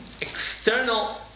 external